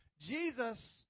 Jesus